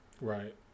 Right